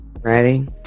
ready